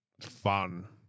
fun